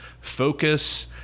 Focus